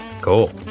Cool